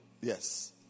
Yes